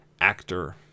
Actor